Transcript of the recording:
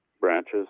branches